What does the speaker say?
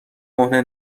کهنه